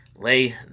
lay